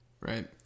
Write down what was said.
Right